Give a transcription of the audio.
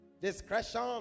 Discretion